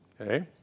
Okay